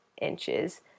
inches